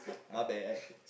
my bad